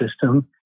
system